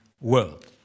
world